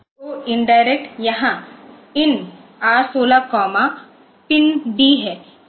IO indirect यहाँ IN R16PIND है